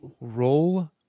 Roll